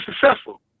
successful